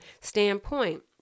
standpoint